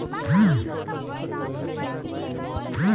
नाटी धान क सबसे बढ़िया बीज कवन होला?